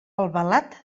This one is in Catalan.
albalat